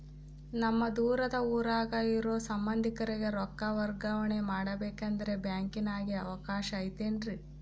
ನಮ್ಮ ದೂರದ ಊರಾಗ ಇರೋ ಸಂಬಂಧಿಕರಿಗೆ ರೊಕ್ಕ ವರ್ಗಾವಣೆ ಮಾಡಬೇಕೆಂದರೆ ಬ್ಯಾಂಕಿನಾಗೆ ಅವಕಾಶ ಐತೇನ್ರಿ?